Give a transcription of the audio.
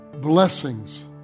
Blessings